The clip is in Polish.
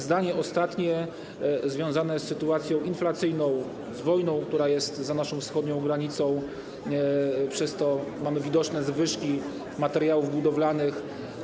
Zdanie ostatnie związane jest z sytuacją inflacyjną, z wojną, która jest za naszą wschodnią granicą, przez co mamy widoczne zwyżki materiałów budowlanych.